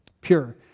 Pure